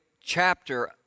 chapter